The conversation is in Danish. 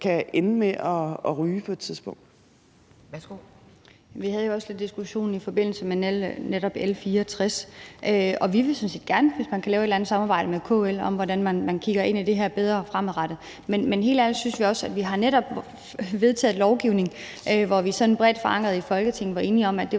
Vi havde jo også den diskussion i forbindelse med netop L 64, og vi vil sådan set gerne, hvis man kan lave et eller andet samarbejde med KL om, hvordan man fremadrettet bedre kigger på det her. Men helt ærligt, vi synes også, at vi netop har vedtaget lovgivning, hvor vi sådan bredt forankret i Folketinget var enige om, at det var den